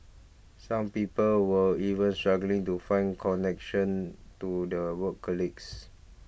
some people were even struggling to find connection to their work colleagues